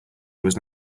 was